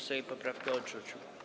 Sejm poprawkę odrzucił.